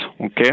Okay